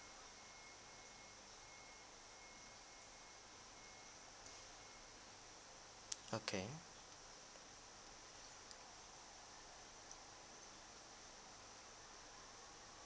okay